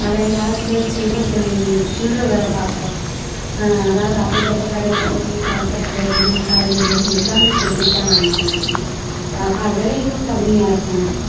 பழையங்காலத்துல சில்லற தொழில் சில்லற வேலை பார்ப்போம் அதாவது அப்பைக்கப்போ கடையில் போய் பலசரக்கில் இருந்து காய்கறிலருந்து எல்லாமே சில்றைக்கி தான் வாங்கிகிட்டு வருவோம் க விலைகளும் கம்மியாக இருக்கும்